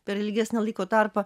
per ilgesnį laiko tarpą